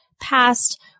past